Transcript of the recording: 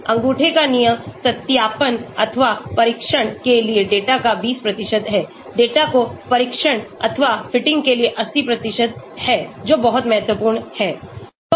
अंगूठे का नियम सत्यापन अथवा परीक्षण के लिए डेटा का 20 है डेटा को प्रशिक्षणअथवा फिटिंग के लिए 80 है जो बहुत महत्वपूर्ण है